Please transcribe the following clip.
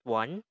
one